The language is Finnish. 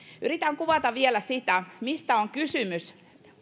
yritän vielä kuvata parhaan kykyni mukaan sitä mistä on kysymys